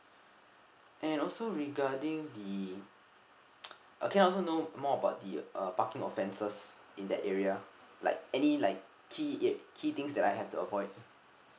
and also regarding the uh can I also know more about the uh parking offenses in that area like any like key eh key things that I have to avoid